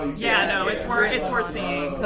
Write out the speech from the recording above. yeah, no, it's worth it's worth seeing.